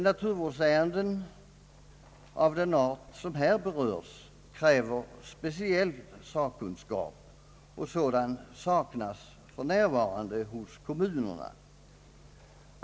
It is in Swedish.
Naturvårdsärenden av den art som här berörs kräver speciell sakkunskap, och sådan saknas för närvarande hos kommunerna.